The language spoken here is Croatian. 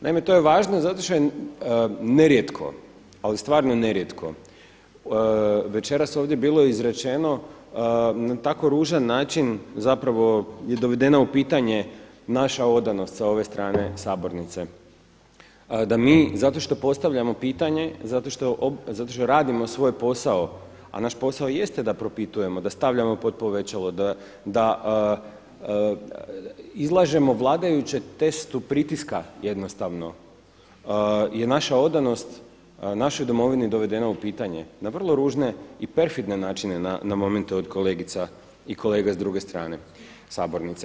Naime, to je važno zato što je nerijetko, ali stvarno nerijetko večeras ovdje bilo izrečeno na tako ružan način je zapravo dovedena u pitanje naša odanost sa ove strane sabornice, da mi zato što postavljamo pitanje, zato što radimo svoj posao, a naš posao jeste da propitujemo, da stavljamo pod povećalo, da izlažemo vladajuće testu pritiska jednostavno je naša odanost našoj Domovini dovedena u pitanje na vrlo ružne i perfidne načine na momente od kolegica i kolega s druge strane sabornice.